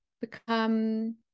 become